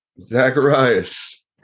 Zacharias